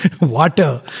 Water